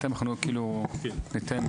בינתיים אנחנו כאילו ניתן,